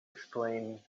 explain